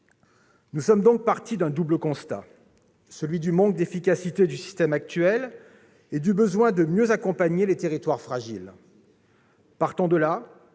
Nous sommes donc partis d'un double constat, celui du manque d'efficacité du système actuel et du besoin de mieux accompagner les territoires fragiles. Sur cette